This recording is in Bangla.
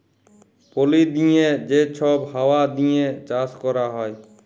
পলি দিঁয়ে যে ছব হাউয়া দিঁয়ে চাষ ক্যরা হ্যয়